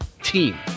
team